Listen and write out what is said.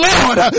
Lord